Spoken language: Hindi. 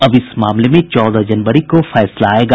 अब इस मामले में चौदह जनवरी को फैसला आयेगा